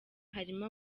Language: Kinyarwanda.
harimo